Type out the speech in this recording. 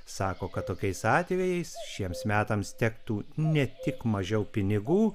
sako kad tokiais atvejais šiems metams tektų ne tik mažiau pinigų